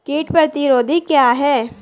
कीट प्रतिरोधी क्या है?